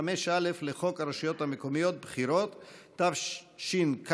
חברי הכנסת, אם כן,